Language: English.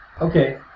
Okay